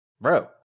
bro